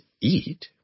eat